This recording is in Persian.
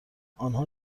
آنها